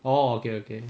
oh okay okay